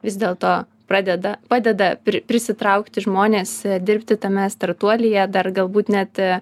vis dėlto pradeda padeda pri prisitraukti žmones dirbti tame startuolyje dar galbūt net